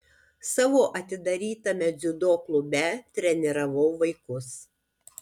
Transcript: savo atidarytame dziudo klube treniravau vaikus